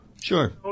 sure